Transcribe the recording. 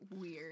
weird